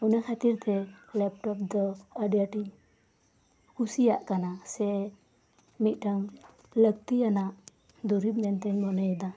ᱚᱱᱟ ᱠᱷᱟᱹᱛᱤᱨ ᱛᱮ ᱫᱚ ᱟᱹᱰᱤ ᱟᱴᱤᱧ ᱠᱩᱥᱤᱭᱟᱜ ᱠᱟᱱᱟ ᱥᱮ ᱢᱤᱫᱴᱟᱝ ᱞᱟᱹᱛᱤᱭᱟᱱᱟᱜ ᱫᱩᱨᱤᱵᱽ ᱢᱮᱱᱛᱤᱧ ᱢᱚᱱᱮᱭᱮᱫᱟ